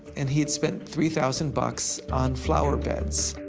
and he had spent three thousand bucks on flower beds.